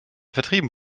vertrieben